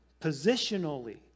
positionally